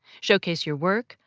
showcase your work,